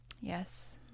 Yes